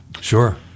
Sure